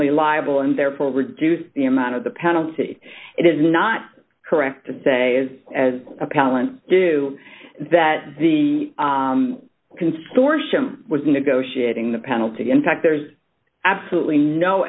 liable and therefore reduce the amount of the penalty it is not correct to say is as appellant do that the consortium was negotiating the penalty in fact there's absolutely no